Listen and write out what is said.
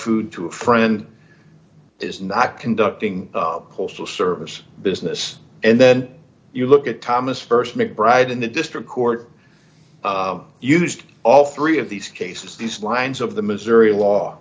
food to a friend is not conducting a postal service business and then you look at thomas st mcbride in the district court used all three of these cases these lines of the missouri law